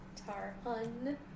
Tarun